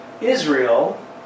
Israel